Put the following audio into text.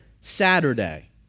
Saturday